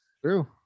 True